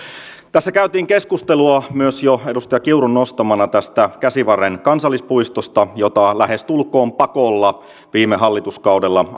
tässä käytiin keskustelua myös jo edustaja kiurun nostamana tästä käsivarren kansallispuistosta jota lähestulkoon pakolla viime hallituskaudella